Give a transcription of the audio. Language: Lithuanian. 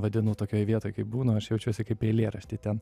vadinu tokioje vietoj kaip būnu aš jaučiuosi kaip eilėrašty ten